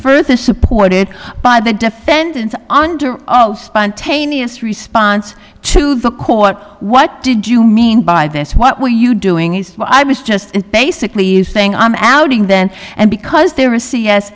further supported by the defendants under oath spontaneous response to the court what did you mean by this what were you doing i was just basically saying i'm adding then and because they were c